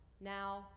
now